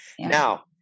Now